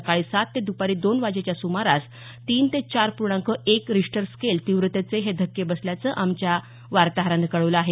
सकाळी सात ते द्पारी दोन वाजेच्या सुमारास तीन ते चार पूर्णांक एक रिश्टर स्केल तीव्रतेचे हे धक्के बसल्याचं आमच्या वार्ताहरानं कळवलं आहे